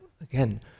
Again